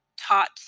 taught